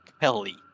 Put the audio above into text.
Kelly